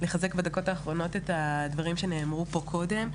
לחזק בדקות האחרונות את הדברים שנאמרו פה קודם,